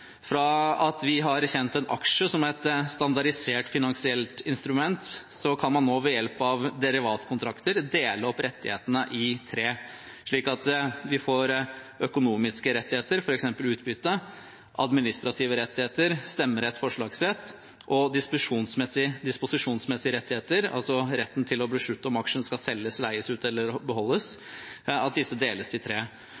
Fra at vi har kjent en aksje som et standardisert finansielt instrument, kan man nå ved hjelp av derivatkontrakter dele opp rettighetene i tre, slik at de økonomiske rettighetene, f.eks. utbytte, de administrative rettighetene, f.eks. stemmerett og forslagsrett, og de disposisjonsmessige rettighetene, altså retten til å beslutte om aksjen skal selges, leies ut eller beholdes,